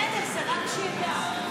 הייתה תקלה טכנית,